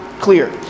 clear